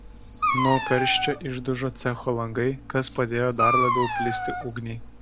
nuo karščio išdužo cecho langai kas padėjo dar labiau plisti ugniai